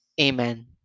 Amen